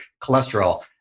cholesterol